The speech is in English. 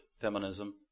feminism